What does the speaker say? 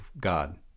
god